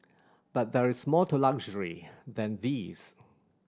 but there is more to luxury than these